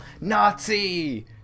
Nazi